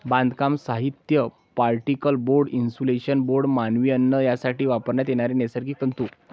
बांधकाम साहित्य, particle board, insulation board, मानवी अन्न यासाठी वापरण्यात येणारे नैसर्गिक तंतू